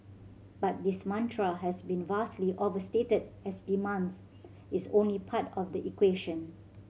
but this mantra has been vastly overstated as demands is only part of the equation